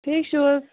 ٹھیٖک چھِو حَظ